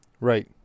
Right